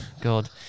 God